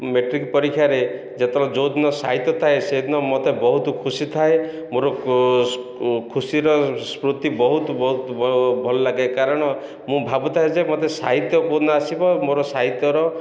matric ପରୀକ୍ଷାରେ ଯେତେବେଳେ ଯେଉଁଦିନ ସାହିତ୍ୟ ଥାଏ ସେଦିନ ମୋତେ ବହୁତ ଖୁସି ଥାଏ ମୋର ଖୁସିର ସ୍ମୃତି ବହୁତ ବହୁତ ଭଲ ଲାଗେ କାରଣ ମୁଁ ଭାବୁଥାଏ ଯେ ମୋତେ ସାହିତ୍ୟ କେଉଁ ଆସିବ ମୋର ସାହିତ୍ୟର